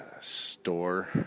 store